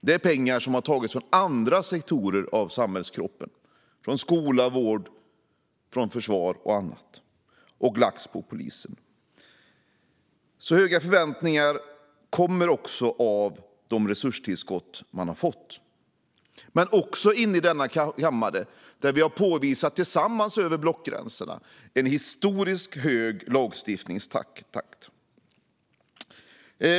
Det är pengar som har tagits från andra sektorer av samhällskroppen - skola, vård, försvar och annat - och lagts på polisen. De höga förväntningarna kommer sig alltså av de resurstillskott man fått. I denna kammare har vi tillsammans över blockgränserna påvisat en historiskt hög lagstiftningstakt.